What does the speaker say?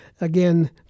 again